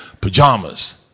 pajamas